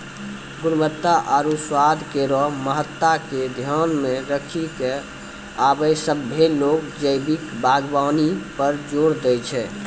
गुणवत्ता आरु स्वाद केरो महत्ता के ध्यान मे रखी क आबे सभ्भे लोग जैविक बागबानी पर जोर दै छै